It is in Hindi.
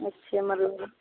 अच्छा मैडम